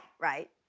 right